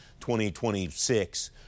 2026